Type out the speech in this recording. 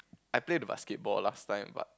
I play the basketball last time but